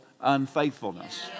unfaithfulness